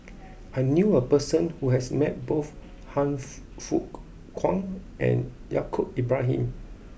I knew a person who has met both Han Fook Kwang and Yaacob Ibrahim